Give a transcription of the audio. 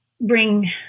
bring